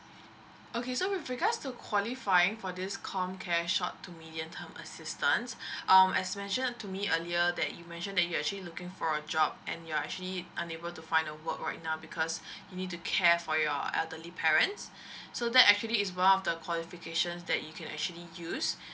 okay so with regards to qualifying for this comcare short to medium term assistance um as mentioned to me earlier that you mentioned that you are actually looking for a job and you're actually unable to find a work right now because you need to care for your elderly parents so that actually is one of the qualifications that you can actually use